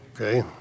Okay